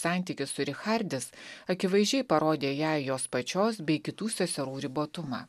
santykis su richardis akivaizdžiai parodė jai jos pačios bei kitų seserų ribotumą